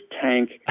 tank